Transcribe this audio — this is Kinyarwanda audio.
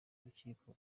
rukiko